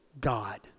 God